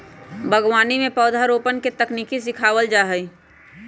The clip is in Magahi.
बागवानी में पौधरोपण के तकनीक सिखावल जा हई